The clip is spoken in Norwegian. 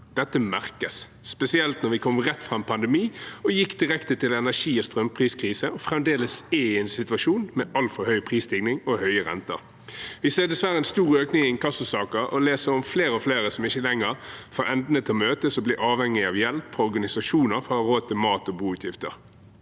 Dette merkes, spesielt når vi kom rett fra en pandemi og gikk direkte til energi- og strømpriskrise, og fremdeles er i en situasjon med altfor stor prisstigning og høye renter. Vi ser dessverre en stor økning i antall inkassosaker og leser om flere og flere som ikke lenger får endene til å møtes og blir avhengige av hjelp fra organisasjoner for å ha råd til mat og boutgifter.